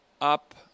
up